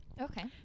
Okay